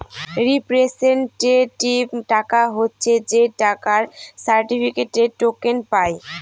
representative টাকা হচ্ছে যে টাকার সার্টিফিকেটে, টোকেন পায়